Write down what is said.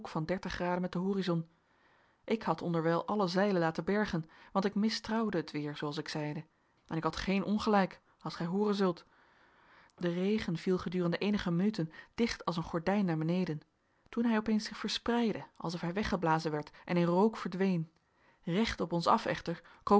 van dertig graden met den horizon ik had onderwijl alle zeilen laten bergen want ik mistrouwde het weer zooals ik zeide en ik had geen ongelijk als gij hooren zult de regen viel gedurende eenige minuten dicht als een gordijn naar beneden toen hij opeens zich verspreidde alsof hij weggeblazen werd en in rook verdween recht op ons af echter